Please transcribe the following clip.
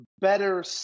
better